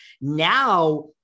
Now